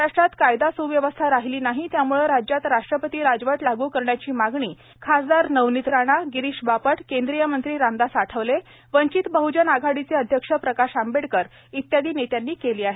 महाराष्ट्रात कायदा सुव्यवस्था राहिली नाही त्यामुळे राज्यात राष्ट्रपती राजवट लागू करण्याची मागणी खासदार नवनीत राणा गिरीश बापट केंद्रीय मंत्री रामदास आठवले वंचित बहूजन आघाडीचे अध्यक्ष प्रकाश आंबेडकर आदी नेत्यांनी केली आहे